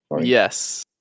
Yes